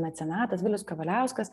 mecenatas vilius kavaliauskas